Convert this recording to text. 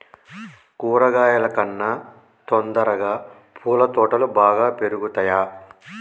కూరగాయల కన్నా తొందరగా పూల తోటలు బాగా పెరుగుతయా?